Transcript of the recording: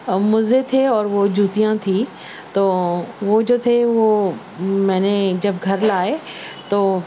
موزے تھے اور وہ جوتیاں تھیں تو وہ جو تھے وہ میں نے جب گھر لائے تو